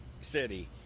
city